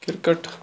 cricket